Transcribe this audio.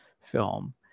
film